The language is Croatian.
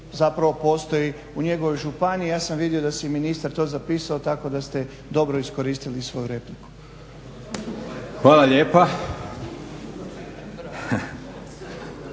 koji postoji u njegovoj županiji. Ja sam vido da si je ministar to zapisao tako da ste dobro iskoristili svoju repliku. **Leko,